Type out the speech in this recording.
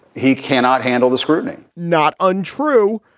he cannot handle the scrutiny not untrue.